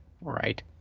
right